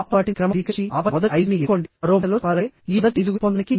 g అనేది gauge length అంటే bolt holes మధ్య గల దూరం